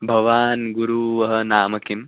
भवतः गुरोः नाम किं